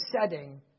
setting